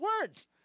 words